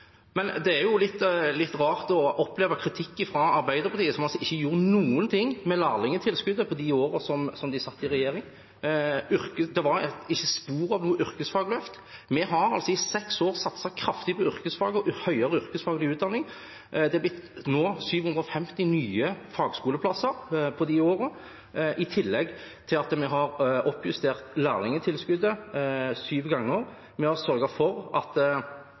er litt rart å oppleve kritikk fra Arbeiderpartiet, som altså ikke gjorde noen ting med lærlingtilskuddet på de årene de satt i regjering. Det var ikke spor av noe yrkesfagløft. Vi har i seks år satset kraftig på yrkesfag og høyere yrkesfaglig utdanning. Det har nå blitt 750 nye fagskoleplasser på disse årene, i tillegg til at vi har oppjustert lærlingtilskuddet syv ganger. Vi har sørget for at